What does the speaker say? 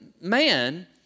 man